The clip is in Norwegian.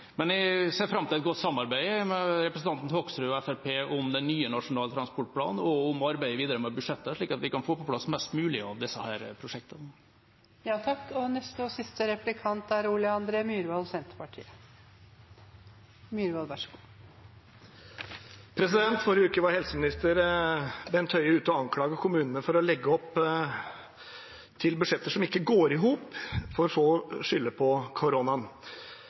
Men jeg ser fram til et godt samarbeid med representanten Hoksrud og Fremskrittspartiet om den nye nasjonale transportplanen og om arbeidet videre med budsjettet, slik at vi kan få på plass flest mulig av disse prosjektene. I forrige uke var helseminister Bent Høie ute og anklaget kommunene for å legge opp til budsjetter som ikke går i hop, for så å skylde på